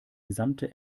gesamte